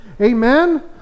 Amen